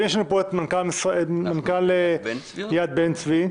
נמצא פה מנכ"ל יד בן-צבי.